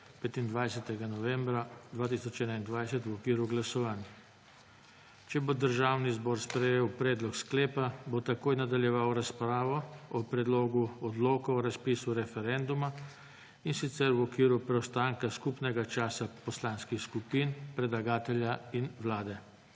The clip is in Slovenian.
25. novembra 2021, v okviru glasovanj. Če bo Državni zbor sprejel predlog sklepa, bo takoj nadaljeval razpravo o Predlogu odloka o razpisu referenduma, in sicer v okviru preostanka skupnega časa poslanskih skupin, predlagatelja in Vlade.